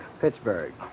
Pittsburgh